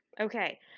Okay